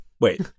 Wait